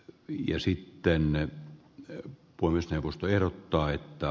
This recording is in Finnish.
ja sitten new york kunnes joku ehdottaa että